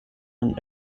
and